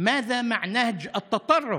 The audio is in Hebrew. דברים בשפה הערבית,